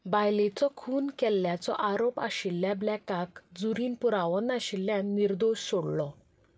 बायलेचो खून केल्ल्याचो आरोप आशिल्ल्या ब्लेकाक ज्युरीन पुरावो नाशिल्ल्यान निर्दोश सोडलो